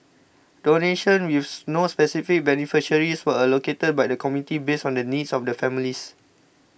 donations with no specific beneficiaries were allocated by the committee based on the needs of the families